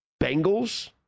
Bengals